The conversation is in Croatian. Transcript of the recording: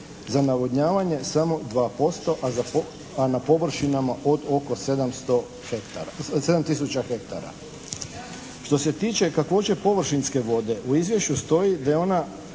Za navodnjavanje samo 2%, a za, a na površinama od oko 700 hektara, 7 tisuća hektara. Što se tiče kakvoće površinske vode u izvješću stoji da je ona